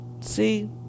See